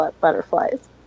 butterflies